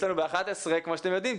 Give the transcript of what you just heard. לנו ב-11:00 כמו שאתם יודעים,